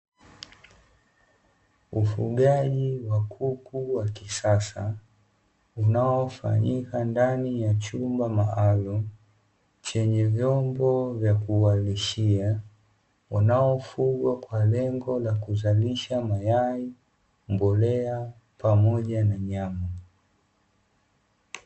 Ufugaji wa kuku wa kisasa unaofanyika ndani ya chumba maalumu chenye vyombo vya kuwalishia wanaofugwa kwa lengo la kuzalisha mayai, mbolea pamoja na nyama.